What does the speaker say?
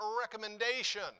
recommendation